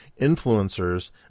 influencers